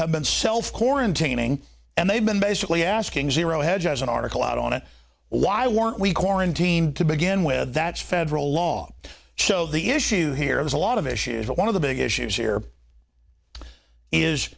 have been self koren taining and they've been basically asking zero hedge has an article out on it why weren't we quarantined to begin with that's federal law so the issue here is a lot of issues but one of the big issues here